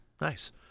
nice